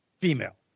female